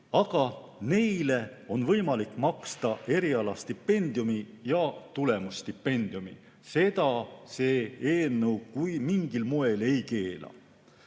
aga neile on võimalik maksta erialastipendiumi ja tulemusstipendiumi. Seda see eelnõu mingil moel ei keela. Peale